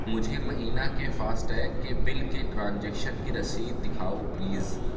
مجھے مہینہ کے فاسٹیگ کے بل کے ٹرانزیکشن کی رسید دکھاؤ پلیز